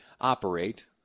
operate